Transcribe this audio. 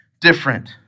different